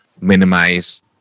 minimize